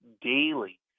daily